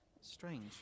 strange